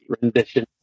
rendition